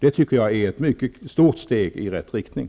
Jag tycker att det är ett stort steg i rätt riktning.